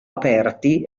aperti